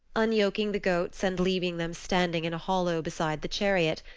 unyoking the goats and leaving them standing in a hollow beside the chariot,